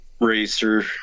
racer